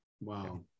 Wow